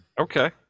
Okay